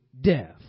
death